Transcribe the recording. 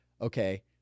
okay